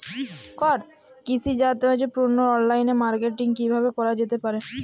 কৃষিজাত পণ্যের online marketing কিভাবে করা যেতে পারে?